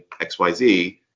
XYZ